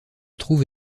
trouve